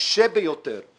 הקשה ביותר הוא